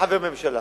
וכחבר ממשלה,